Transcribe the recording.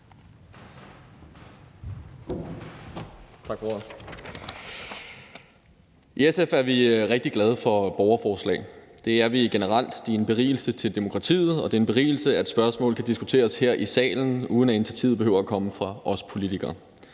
I SF er vi rigtig glade for borgerforslag, det er vi generelt; de er en berigelse for demokratiet, og det er en berigelse, at spørgsmål kan diskuteres her i salen, uden at initiativet behøver at komme fra os politikere.